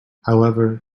however